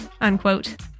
Unquote